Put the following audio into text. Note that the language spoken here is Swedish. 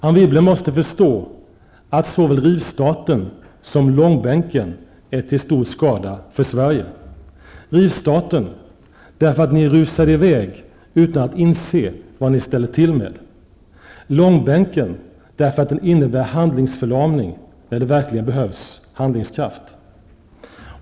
Anne Wibble måste förstå att såväl rivstarten som långbänken är till stor skada för Sverige -- rivstarten därför att ni rusar i väg utan att inse vad ni ställer till med, långbänken därför att den innebär handlingsförlamning när det verkligen behövs handlingskraft.